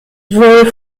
wohl